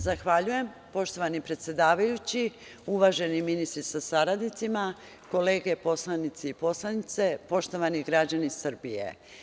Zahvaljujem, poštovani predsedavajući, uvaženi ministri sa saradnicima, kolege poslanici i poslanice, poštovani građani Srbije.